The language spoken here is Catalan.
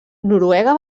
noruega